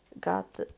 got